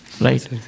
Right